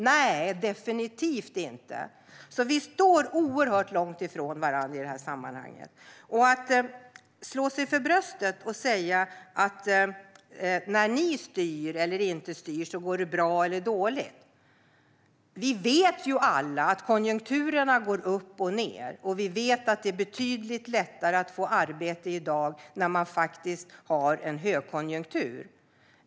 Nej, definitivt inte! Vi står oerhört långt ifrån varandra i det här sammanhanget. När det gäller att slå sig för bröstet och säga att när ni styr eller inte styr går det bra eller dåligt vet vi ju alla att konjunkturerna går upp och ned. Vi vet att det är betydligt lättare att få arbete i dag, när det är högkonjunktur.